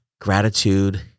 gratitude